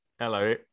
hello